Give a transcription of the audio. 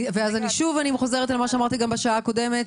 --- שוב אני חוזרת על מה שאמרתי גם בשעה הקודמת,